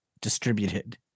distributed